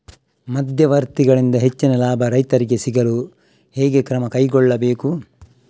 ಮಧ್ಯವರ್ತಿಗಳಿಂದ ಹೆಚ್ಚಿನ ಲಾಭ ರೈತರಿಗೆ ಸಿಗಲು ಹೇಗೆ ಕ್ರಮ ಕೈಗೊಳ್ಳಬೇಕು?